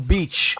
Beach